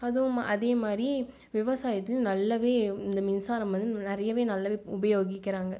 அதுவும் அதே மாதிரி விவசாயத்துலயும் நல்லாவே இந்த மின்சாரம் வந்து நிறையவே நல்லாவே உபயோகிக்கிறாங்க